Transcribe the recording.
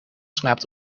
slaapt